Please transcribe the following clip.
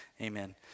amen